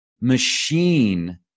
machine